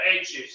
edges